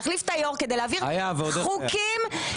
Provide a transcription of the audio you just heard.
להחליף את היושב-ראש כדי להעביר חוקים -- היה ועוד איך היה.